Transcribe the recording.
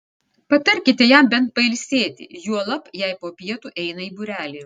patarkite jam bent pailsėti juolab jei po pietų eina į būrelį